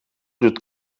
doet